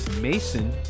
Mason